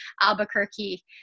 Albuquerque